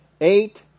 Eight